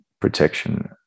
protection